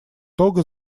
того